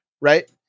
right